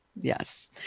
yes